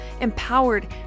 empowered